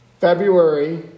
February